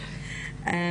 סולציאנו,